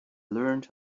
learned